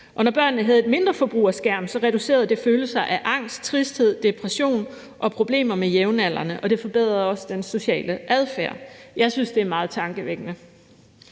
Når børnene havde et mindre forbrug af skærm, reducerede det følelser af angst, tristhed, depression og problemer med jævnaldrende, og det forbedrede også den sociale adfærd. Jeg synes, det er meget tankevækkende.